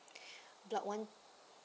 block one